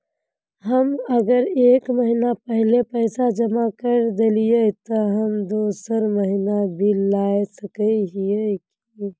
हम अगर एक महीना पहले पैसा जमा कर देलिये ते हम दोसर महीना बिल ला सके है की?